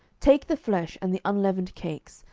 take the flesh and the unleavened cakes,